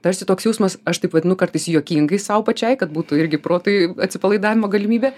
tarsi toks jausmas aš taip vadinu kartais juokingai sau pačiai kad būtų irgi protui atsipalaidavimo galimybė